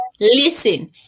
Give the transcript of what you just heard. listen